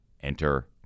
Enter